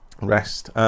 rest